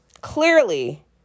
clearly